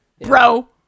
bro